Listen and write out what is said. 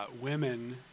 women